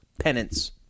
penance